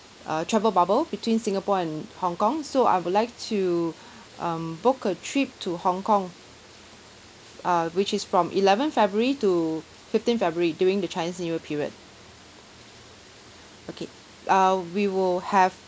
uh travel bubble between singapore and hong kong so I would like to um book a trip to hong kong uh which is from eleven february to fifteen february during the chinese new year period okay uh we will have